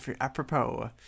Apropos